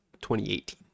2018